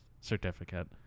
certificate